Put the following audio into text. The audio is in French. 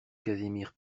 casimir